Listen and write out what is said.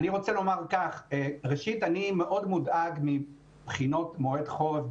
ראשית אני רוצה לומר שאני מאוד מודאג מבחינות מועד החורף,